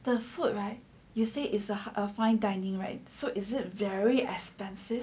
the food right you say is a fine dining right so is it very expensive